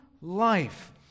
life